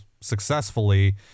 successfully